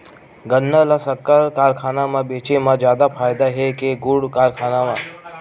गन्ना ल शक्कर कारखाना म बेचे म जादा फ़ायदा हे के गुण कारखाना म?